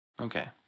Okay